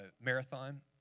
Marathon